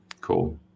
cool